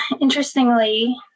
interestingly